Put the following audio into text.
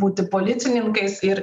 būti policininkais ir